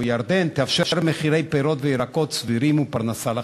בירדן תאפשר מחירי פירות וירקות סבירים ופרנסה לחקלאים.